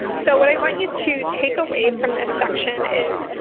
so what i want you to take away from this section is